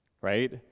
Right